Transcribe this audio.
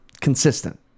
consistent